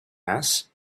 mass